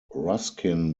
ruskin